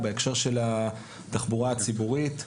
בהיבט התחבורה הציבורית,